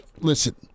listen